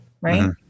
right